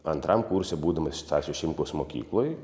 antram kurse būdamas stasio šimkaus mokykloj